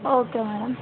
okay madam